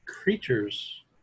creatures